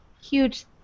huge